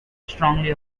strongly